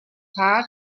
part